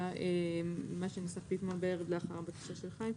מה שניסחתי אתמול בערב לאחר הבקשה של חיים: